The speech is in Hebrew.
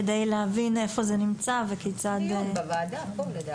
כדי להבין איפה זה נמצא וכיצד, כן.